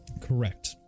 Correct